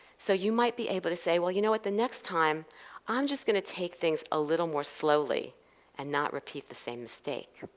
so you might be able to say, well, you know what the next time i'm just going to take things a little more slowly and not repeat the same mistake.